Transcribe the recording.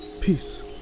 Peace